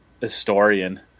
historian